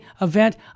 event